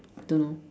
don't know